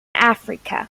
africa